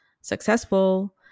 successful